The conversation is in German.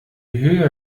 höhe